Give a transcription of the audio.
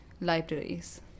libraries